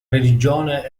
religione